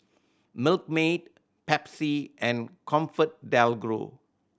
Milkmaid Pepsi and ComfortDelGro